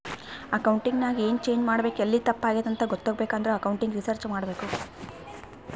accounting ನಾಗ್ ಎನ್ change ಮಾಡ್ಬೇಕ್ ಎಲ್ಲಿ ತಪ್ಪ ಆಗ್ಯಾದ್ ಅಂತ ಗೊತ್ತಾಗ್ಬೇಕ ಅಂದುರ್ ಅಕೌಂಟಿಂಗ್ ರಿಸರ್ಚ್ ಮಾಡ್ಬೇಕ್